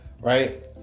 right